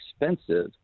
expensive